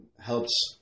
Helps